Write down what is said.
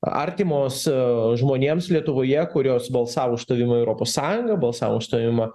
artimos žmonėms lietuvoje kurios balsavo už stojimą į europos sąjungą balsavo už stojimą